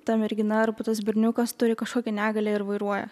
ta mergina arba tas berniukas turi kažkokią negalią ir vairuoja